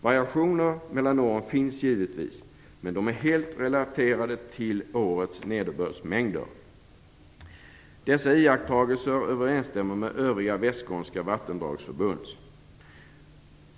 Variationer mellan åren finns givetvis, men de är helt relaterade till årets nederbördsmängder. Dessa iakttagelser överensstämmer med övriga västskånska vattenvårdsförbunds.